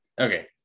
Okay